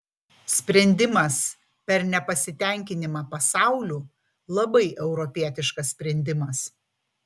sprendimas per nepasitenkinimą pasauliu labai europietiškas sprendimas